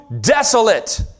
desolate